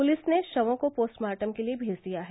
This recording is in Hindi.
पुलिस ने शवों को पोस्टमार्टम के लिये भेज दिया है